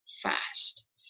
Fast